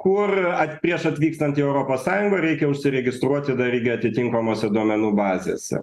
kur at prieš atvykstant į europos sąjungoj reikia užsiregistruot tada irgi atitinkamose duomenų bazėse